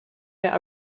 der